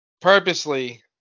purposely